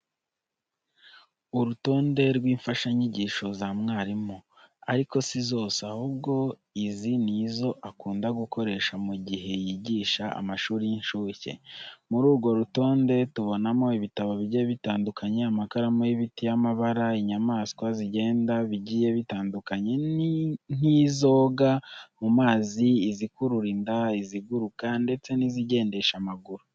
Urutonde rw'imfashanyigisho za mwarimu, ariko si zose ahubwo izi ni izo akunda gukoresha mu gihe yigisha amashuri y'incuke. Muri urwo rutonde tubonamo ibitabo bigiye bitandukanye, amakaramu y'ibiti y'amabara, inyamaswa zigenda bigiye bitandukanye nk'izoga mu mazi, izikurura inda, iziguruka ndetse n'izigendesha amaguru.